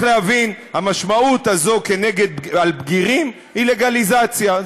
חיילי ולוחמי צבא ההגנה לישראל,